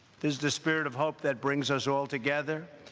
this is the spirit of hope that brings us all together.